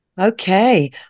okay